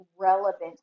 relevant